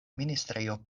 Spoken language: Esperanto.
ministrejo